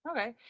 okay